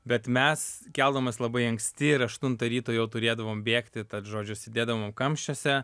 bet mes keldavomės labai anksti ir aštuntą ryto jau turėdavom bėgti tad žodžiu sėdėdavom kamščiuose